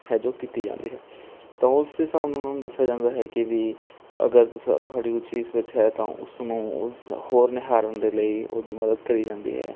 ਹੈ ਜੋ ਕੀਤੀ ਜਾਣਦੀ ਹੈ ਤਾਂ ਉਸ ਦੇ ਹਿਸਾਬ ਨਾਲ ਉਹਨਾਂ ਨੂੰ ਦੱਸਿਆ ਜਾਂਦਾ ਹੈ ਕਿ ਵੀ ਅਗਰ ਤੁਹਾਡੀ ਰੁਚੀ ਇਸ ਵਿੱਚ ਹੈ ਤਾਂ ਉਸਨੂੰ ਹੋਰ ਨਿਹਾਰਨ ਦੇ ਲਈ ਉਹਦੀ ਮਦਦ ਕਰੀ ਜਾਂਦੀ ਹੈ